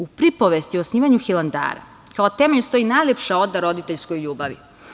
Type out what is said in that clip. U pripovesti o osnivanju Hilandara kao temelj stoji najlepša oda roditeljskoj ljubavi.